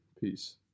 Peace